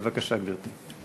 בבקשה, גברתי.